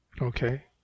Okay